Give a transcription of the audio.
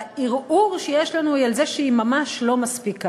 הערעור שיש לנו הוא על זה שהיא ממש לא מספיקה.